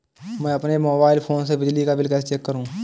मैं अपने mobile phone से बिजली का बिल कैसे चेक करूं?